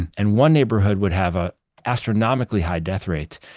and and one neighborhood would have an astronomically high death rate,